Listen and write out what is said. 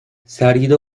sergide